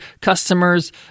customers